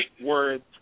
words